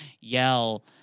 yell